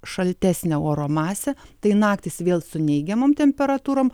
šaltesnę oro masę tai naktys vėl su neigiamom temperatūrom